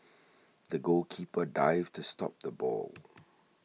the goalkeeper dived to stop the ball